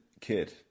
kid